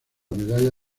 medalla